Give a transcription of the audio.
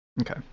okay